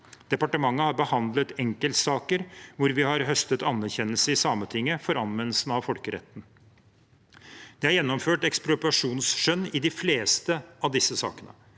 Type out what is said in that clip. Departementet har behandlet enkeltsaker hvor vi har høstet anerkjennelse i Sametinget for anvendelsen av folkeretten. Det er gjennomført ekspropriasjonsskjønn i de fleste av disse sakene.